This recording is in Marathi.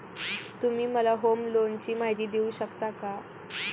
तुम्ही मला होम लोनची माहिती देऊ शकता का?